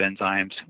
enzymes